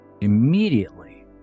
immediately